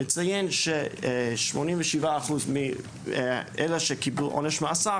נציין ש-87% מאלה שקיבלו עונש מאסר,